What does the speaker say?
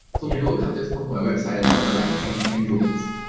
so and ah kind of my website and order like ten hundreds